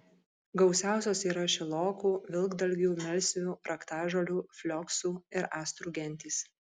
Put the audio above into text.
gausiausios yra šilokų vilkdalgių melsvių raktažolių flioksų ir astrų gentys